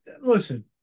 Listen